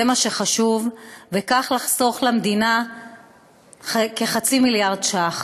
זה מה שחשוב, וכך לחסוך למדינה כחצי מיליארד ש"ח.